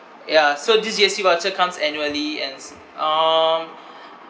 ya so this G_S_T voucher comes annually ands um